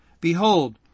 Behold